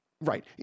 Right